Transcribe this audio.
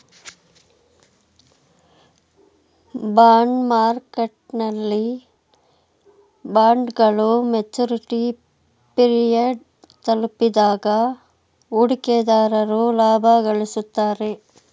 bond ಮಾರ್ಕೆಟ್ನಲ್ಲಿ ಬಾಂಡ್ಗಳು maturity period ತಲುಪಿದಾಗ ಹೂಡಿಕೆದಾರರು ಲಾಭ ಗಳಿಸುತ್ತಾರೆ